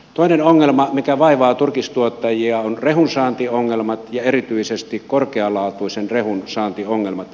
toinen ongelma mikä vaivaa turkistuottajia on rehunsaantiongelmat ja erityisesti korkealaatuisen rehun saantiongelmat